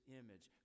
image